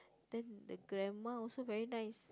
then the grandma also very nice